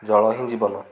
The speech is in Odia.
ଜଳ ହିଁ ଜୀବନ